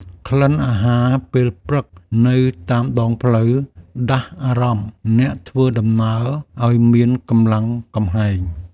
ក្លិនអាហារពេលព្រឹកនៅតាមដងផ្លូវ ដាស់អារម្មណ៍អ្នកធ្វើដំណើរឱ្យមានកម្លាំងកំហែង។